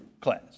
class